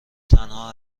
تنها